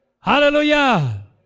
Hallelujah